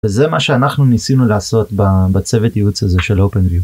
וזה מה שאנחנו ניסינו לעשות בצוות ייעוץ הזה של openview.